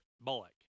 Bullock